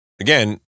again